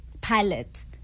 Pilot